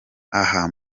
aha